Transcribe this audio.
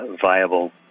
viable